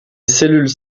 cellules